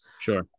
Sure